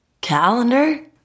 calendar